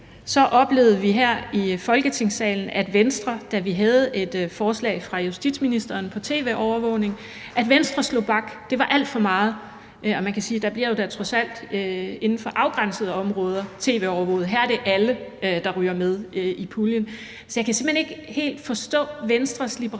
oplevede vi her i Folketingssalen, at Venstre, da vi havde et forslag fra justitsministeren om tv-overvågning, slog bak – det var alt for meget. Og man kan sige, at trods alt er inden for afgrænsede områder, at der bliver tv-overvåget. Her er det alle, der ryger med i puljen. Jeg kan simpelt hen ikke helt forstå Venstres liberalisme her.